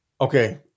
Okay